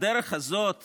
בדרך הזאת